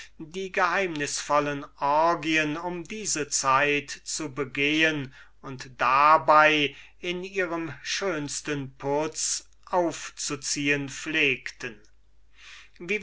die geheimnisvollen orgya um diese zeit zu begehen pflegten und daß sie wenn sie sich zu solchem ende versammelten in ihrem schönsten putz aufzuziehen pflegten